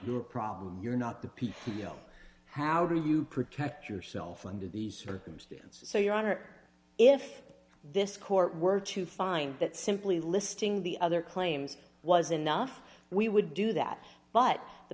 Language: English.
your problem you're not the p t o how do you protect yourself under these circumstances so your honor if this court were to find that simply listing the other claims was enough we would do that but the